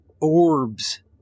orbs